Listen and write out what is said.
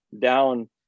down